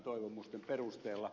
toivomusten perusteella